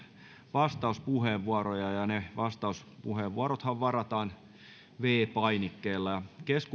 vastauspuheenvuoroja vastauspuheenvuorot varataan täysistunnossa viidennellä painikkeella